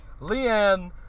Leanne